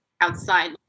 outside